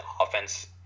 offense